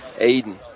Aiden